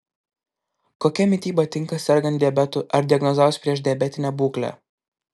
kokia mityba tinka sergant diabetu ar diagnozavus priešdiabetinę būklę